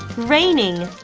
raining